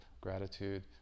gratitude